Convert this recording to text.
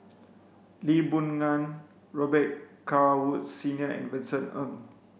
Lee Boon Ngan Robet Carr Woods Senior and Vincent Ng